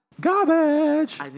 garbage